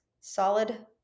solid